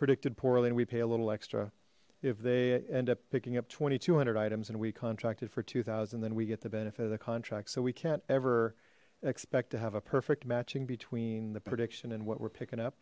predicted poorly and we pay a little extra if they end up picking up twenty two hundred items and we contracted for two thousand then we get the benefit of the contract so we can't ever expect to have a perfect matching between the prediction and what we're picking up